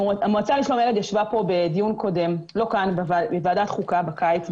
המועצה לשלום הילד ישבה בדיון בוועדת חוקה בקיץ,